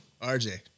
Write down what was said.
RJ